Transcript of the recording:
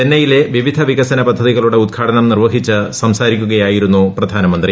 ചെന്നൈയിലെ വിവിധ വികസന പദ്ധതികളുടെ ഉദ്ഘാടനം നിർവഹിച്ചു സംസാരിക്കുകയായിരുന്നു പ്രധാനമന്ത്രി